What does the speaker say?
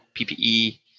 PPE